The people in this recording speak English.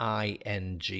ing